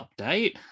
update